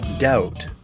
Doubt